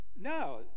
No